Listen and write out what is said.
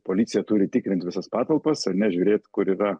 policija turi tikrint visas patalpas ar ne žiūrėt kur yra